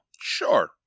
Sure